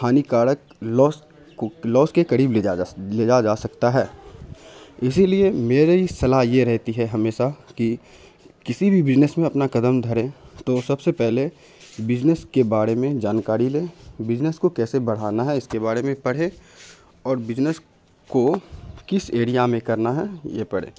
ہانیکارک loss loss کے قریب لے لے جا جا سکتا ہے اسی لیے میری صلاح یہ رہتی ہے ہمیشہ کہ کسی بھی بزنس میں اپنا قدم دھریں تو سب سے پہلے بزنس کے بارے میں جانکاری لیں بزنس کو کیسے بڑھانا ہے اس کے بارے میں پڑھے اور بزنس کو کس ایڑیا میں کرنا ہیں یہ پڑھیں